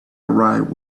arrived